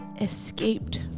escaped